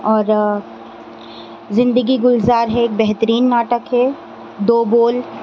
اور زندگی گلزار ہے ایک بہترین ناٹک ہے دو بول